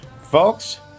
Folks